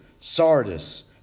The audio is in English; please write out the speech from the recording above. Sardis